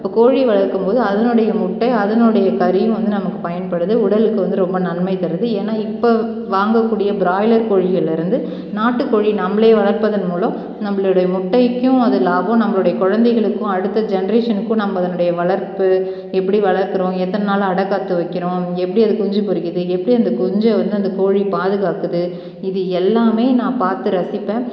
அப்போ கோழி வளர்க்கும்போது அதனுடைய முட்டை அதனுடைய கறியும் வந்து நமக்கு பயன்படுது உடலுக்கு வந்து ரொம்ப நன்மை தருது ஏன்னால் இப்போ வாங்கக்கூடிய பிராய்லர் கோழிகளிலருந்து நாட்டுக்கோழி நம்மளே வளர்ப்பதன் மூலம் நம்மளுடைய முட்டைக்கும் அது லாபம் நம்மளுடைய குழந்தைகளுக்கும் அடுத்த ஜென்ரேஷனுக்கும் நம்ம அதனுடைய வளர்ப்பு எப்படி வளர்த்துறோம் எத்தனை நாள் அடைக்காத்து வைக்கிறோம் எப்படி அது குஞ்சு பொரிக்குது எப்படி அந்த குஞ்சை வந்து அந்த கோழி பாதுகாக்குது இது எல்லாமே நான் பார்த்து ரசிப்பேன்